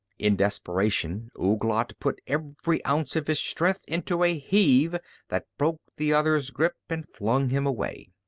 in desperation ouglat put every ounce of his strength into a heave that broke the other's grip and flung him away.